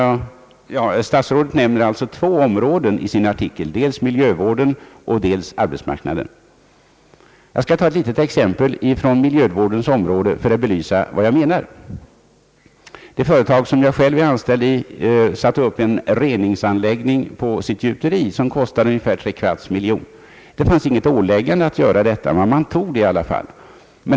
Statsrådet nämner två områden i sin artikel, nämligen miljövården och arbetsmark naden. Jag skall ta ett exempel från miljövårdens område för att belysa vad jag menar. Det företag som jag själv är anställd i satte upp en reningsanläggning på sitt gjuteri, som kostade ungefär tre kvarts miljon kronor. Det fanns inget åläggande att göra detta, men man gjorde det 1 alla fall.